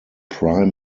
prime